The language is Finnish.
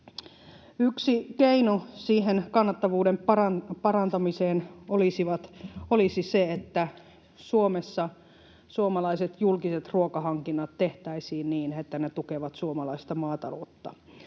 Yksi keino siihen kannattavuuden parantamiseen olisi se, että Suomessa suomalaiset julkiset ruokahankinnat tehtäisiin niin, että ne tukevat suomalaista maataloutta.